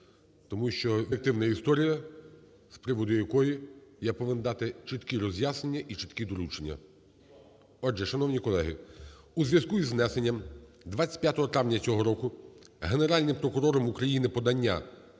детективна історія, з приводу якої я повинен дати чіткі роз'яснення і чіткі доручення. Отже, шановні колеги, у зв'язку із внесенням 25 травня цього року Генеральним прокурором України подання